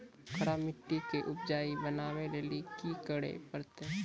खराब मिट्टी के उपजाऊ बनावे लेली की करे परतै?